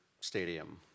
stadium